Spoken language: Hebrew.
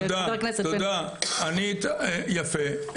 יפה,